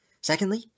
Secondly